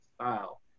style